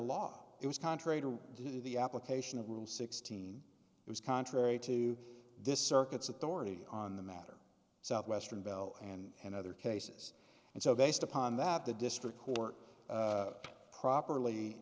law it was contrary to the application of rule sixteen it was contrary to this circuit's authority on the matter southwestern bell and other cases and so based upon that the district court properly